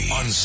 on